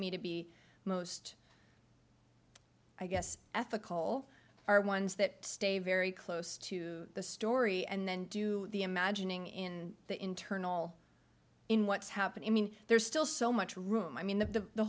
me to be most i guess ethical are ones that stay very close to the story and then do the imagining in the internal in what's happening i mean there's still so much room i mean the